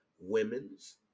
women's